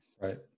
Right